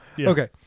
Okay